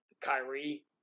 Kyrie